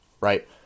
right